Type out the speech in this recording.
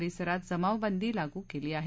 परिसरात जमावबंदी लागू केली आहे